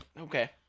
okay